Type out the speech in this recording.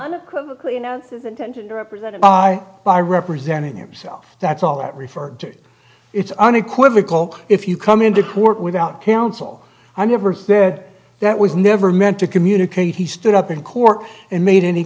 unequivocal you know this is intended to represent by representing yourself that's all that referred to it's unequivocal if you come into court without counsel i never said that was never meant to communicate he stood up in court and made any